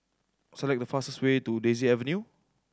select the fastest way to Daisy Avenue